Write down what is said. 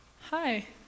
Hi